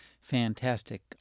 fantastic